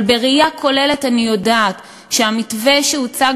אבל בראייה כוללת אני יודעת שהמתווה שהוצג